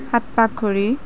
সাত পাক ঘূৰি